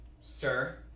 Sir